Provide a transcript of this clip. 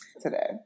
today